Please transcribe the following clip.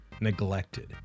neglected